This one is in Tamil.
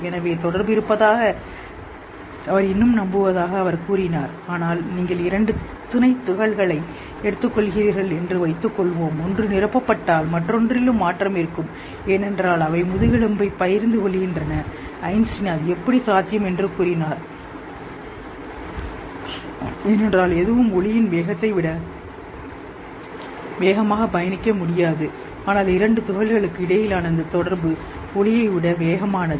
எனவே தொடர்பு இருப்பதாக அவர் இன்னும் நம்புவதாக அவர் கூறினார் ஆனால் நீங்கள் இரண்டு துணைத் துகள்களை எடுத்துக்கொள்கிறீர்கள் ஒன்று நிரப்பப்பட்டால் மற்றொன்றிலும் மாற்றம் இருக்கும் ஏனென்றால் அவை முதுகெலும்பைப் பகிர்ந்து கொள்கின்றன ஐன்ஸ்டீன் அது எப்படி சாத்தியம் என்று கூறினார் ஏனென்றால் எதுவும் வேகமாக பயணிக்க முடியாது ஒளியின் வேகத்தை விட ஆனால் இரண்டு துகள்களுக்கு இடையிலான இந்த தொடர்பு ஒளியை விட வேகமானது